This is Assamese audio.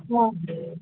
অঁ